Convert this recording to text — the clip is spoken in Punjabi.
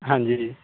ਹਾਂਜੀ